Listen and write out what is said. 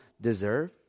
deserve